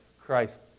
Christ